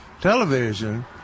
television